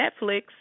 Netflix